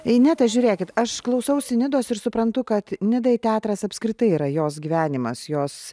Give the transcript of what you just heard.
ineta žiūrėkit aš klausausi nidos ir suprantu kad nidai teatras apskritai yra jos gyvenimas jos